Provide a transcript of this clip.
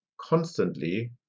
constantly